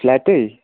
फ्ल्याटै